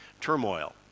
turmoil